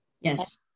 Yes